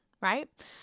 right